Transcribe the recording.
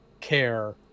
care